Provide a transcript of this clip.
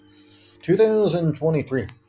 2023